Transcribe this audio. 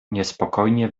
niespokojnie